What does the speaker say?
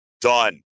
done